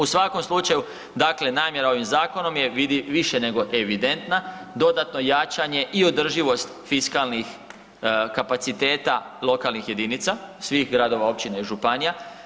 U svakom slučaju namjera ovim zakonom je više nego evidentna, dodatno jačanje i održivost fiskalnih kapaciteta lokalnih jedinica, svih gradova, općina i županija.